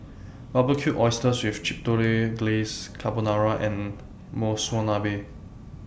Barbecued Oysters with Chipotle Glaze Carbonara and Monsunabe